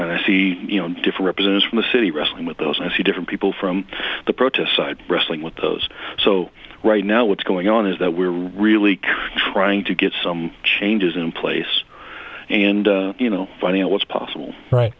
and i see you know different business from the city wrestling with those i see different people from the protest side wrestling with those so right now what's going on is that we're really trying to get some changes in place and you know finding out what's possible